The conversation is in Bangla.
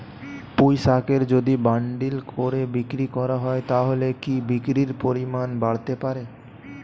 পুঁইশাকের যদি বান্ডিল করে বিক্রি করা হয় তাহলে কি বিক্রির পরিমাণ বাড়তে পারে?